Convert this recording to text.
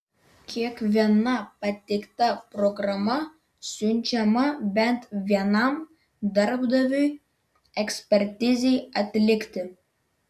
kiekviena pateikta programa siunčiama bent vienam darbdaviui ekspertizei atlikti